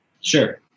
Sure